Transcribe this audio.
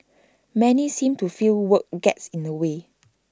many seem to feel work gets in the way